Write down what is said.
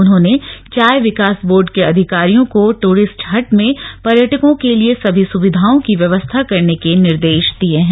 उन्होंने चाय विकास बोर्ड के अधिकारियों को ट्रिस्ट हट में पर्यटकों के लिए सभी सुविधाओं की व्यवस्था करने के निर्देश दिये हैं